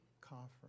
Conference